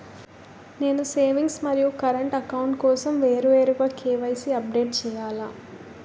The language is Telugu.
నేను సేవింగ్స్ మరియు కరెంట్ అకౌంట్ కోసం వేరువేరుగా కే.వై.సీ అప్డేట్ చేయాలా?